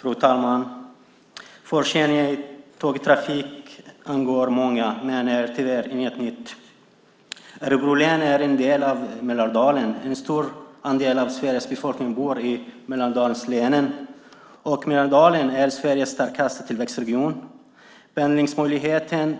Fru talman! Förseningar i tågtrafiken angår många och är tyvärr inget nytt. Örebro län är en del av Mälardalen. En stor andel av Sveriges befolkning bor i Mälardalslänen, och Mälardalen är Sveriges starkaste tillväxtregion. Pendlingsmöjligheten